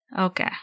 Okay